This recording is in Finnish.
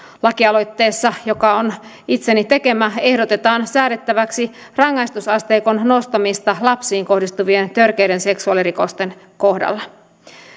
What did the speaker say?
lakialoitteessa joka on itseni tekemä ehdotetaan säädettäväksi rangaistusasteikon nostamista lapsiin kohdistuvien törkeiden seksuaalirikosten kohdalla